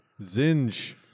Zinge